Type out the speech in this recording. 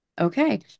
okay